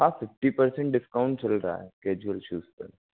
हाँ fifty percent discount चल रहा है केजुअल शूज़ पर